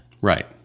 Right